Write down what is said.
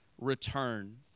return